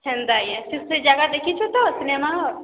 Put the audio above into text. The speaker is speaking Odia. ହେନ୍ତା କେଁ ସେ ଜାଗା ଦେଖିଛୁ ତ ସିନେମା ହଲ୍